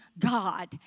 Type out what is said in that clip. God